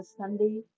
Sunday